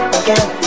again